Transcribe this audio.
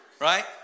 right